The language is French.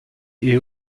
est